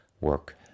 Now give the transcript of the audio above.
work